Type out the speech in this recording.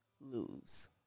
lose